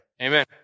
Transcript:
Amen